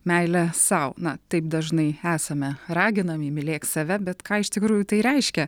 meilę sau na taip dažnai esame raginami mylėk save bet ką iš tikrųjų tai reiškia